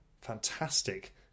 fantastic